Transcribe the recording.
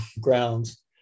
grounds